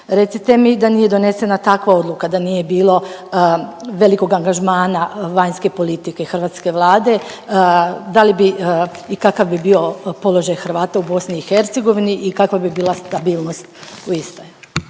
Recite mi da nije donesena takva odluka, da nije bilo velikog angažmana vanjske politike hrvatske Vlade da li bi i kakav bi bio položaj Hrvata u BiH i kakva bi bila stabilnost u istoj.